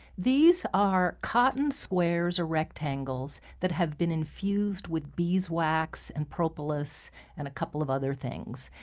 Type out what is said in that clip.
these are cotton squares or rectangles that have been infused with beeswax, and propolis and a couple of other things.